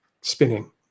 spinning